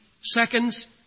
seconds